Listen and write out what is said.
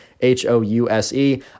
H-O-U-S-E